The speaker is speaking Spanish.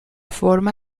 forma